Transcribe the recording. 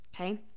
Okay